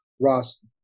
Ross